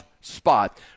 spot